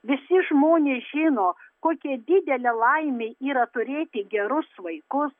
visi žmonės žino kokia didelė laimė yra turėti gerus vaikus